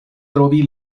trovi